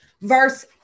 verse